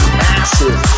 massive